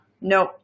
Nope